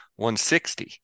160